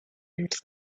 into